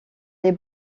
les